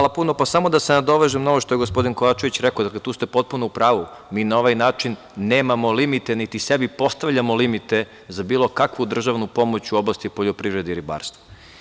Samo da se nadovežem na ovo što je gospodin Kovačević rekao, dakle, tu ste potpuno u pravu, mi na ovaj način nemamo limite niti sebi postavljamo limite za bilo kakvu državnu pomoć u oblasti poljoprivrede i ribarstva.